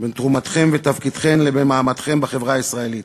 בין תרומתכם ותפקידכם לבין מעמדכם בחברה הישראלית.